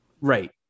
right